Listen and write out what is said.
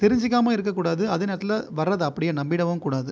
தெரிஞ்சிக்காமல் இருக்கக்கூடாது அதே நேரத்தில் வர்றதை அப்படியே நம்பிவிடவும் கூடாது